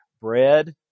bread